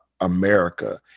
America